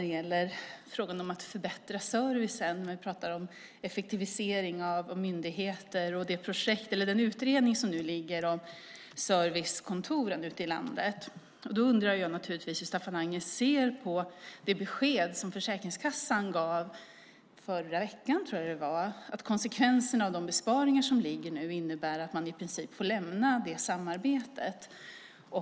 Det gäller frågan om att förbättra servicen när vi pratar om effektivisering av myndigheter och den utredning som nu ligger om servicekontoren ute i landet. Då undrar jag naturligtvis hur Staffan Anger ser på det besked som Försäkringskassan gav förra veckan, tror jag att det var, att konsekvenserna av de besparingar som ligger nu innebär att man i princip får lämna det samarbetet.